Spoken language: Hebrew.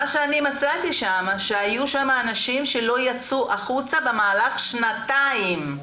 מצאתי שהיו שם אנשים שלא יצאו החוצה במשך שנתיים.